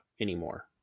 anymore